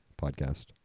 podcast